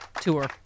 tour